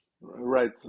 Right